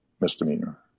misdemeanor